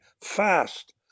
Fast